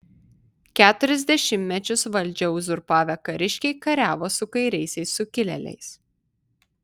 keturis dešimtmečius valdžią uzurpavę kariškiai kariavo su kairiaisiais sukilėliais